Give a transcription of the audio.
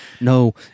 no